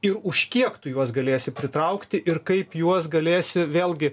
ir už kiek tu juos galėsi pritraukti ir kaip juos galėsi vėlgi